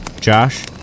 Josh